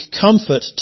comfort